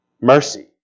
Mercy